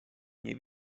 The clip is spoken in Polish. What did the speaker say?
nie